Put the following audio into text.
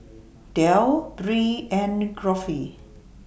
Del Bree and Geoffrey